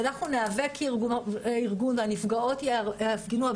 כארגון אנחנו ניאבק והנפגעות יפגינו.